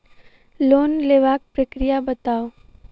Loan लेबाक प्रक्रिया बताऊ?